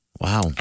Wow